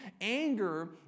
Anger